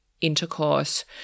intercourse